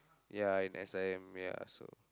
ya in S_I_M ya so